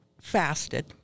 fasted